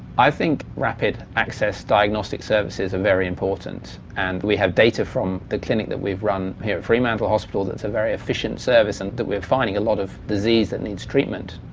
i think rapid access diagnostic services are very important and we have data from the clinic that we've run here at fremantle hospital that's a very efficient service and we are finding a lot of disease that needs treatment.